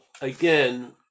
again